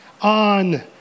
on